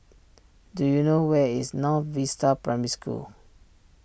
do you know where is North Vista Primary School